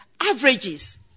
averages